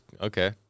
Okay